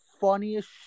funniest